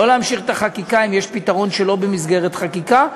שלא להמשיך את החקיקה אם יש פתרון שלא במסגרת חקיקה,